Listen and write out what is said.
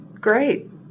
great